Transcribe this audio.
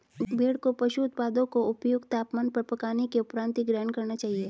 भेड़ को पशु उत्पादों को उपयुक्त तापमान पर पकाने के उपरांत ही ग्रहण करना चाहिए